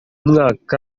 mwaka